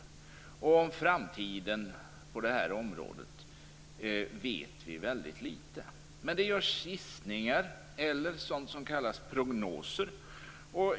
Om framtiden på det här området vet vi väldigt litet. Men det görs gissningar, eller sådant som kallas prognoser.